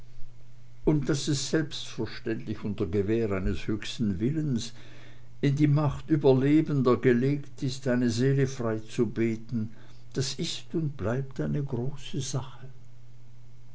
und daß es selbstverständlich unter gewähr eines höchsten willens in die macht überlebender gelegt ist eine seele freizubeten das ist und bleibt eine große sache